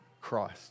Christ